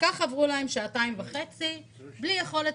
כך עברו להם שעתיים וחצי בלי יכולת